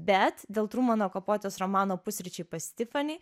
bet dėl trumano kapotės romano pusryčiai pas tifanį